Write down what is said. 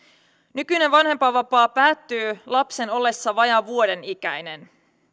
nykyinen vanhempainvapaa päättyy lapsen ollessa vajaan vuoden ikäinen